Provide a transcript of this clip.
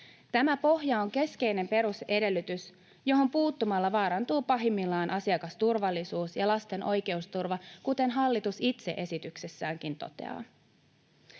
Tämä pohja on keskeinen perusedellytys, johon puuttumalla vaarantuu pahimmillaan asiakasturvallisuus ja lasten oikeusturva, kuten hallitus itse esityksessäänkin toteaa.